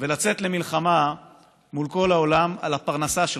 ולצאת למלחמה מול כל העולם על הפרנסה שלך.